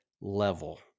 level